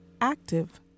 active